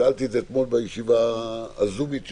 שאלתי את זה אתמול בישיבה הזומית שלנו,